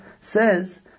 says